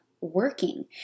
working